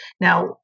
now